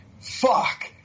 fuck